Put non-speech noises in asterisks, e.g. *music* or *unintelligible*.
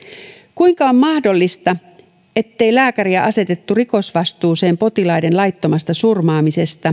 kuinka on mahdollista ettei lääkäriä asetettu rikosvastuuseen potilaiden laittomasta surmaamisesta *unintelligible*